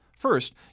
First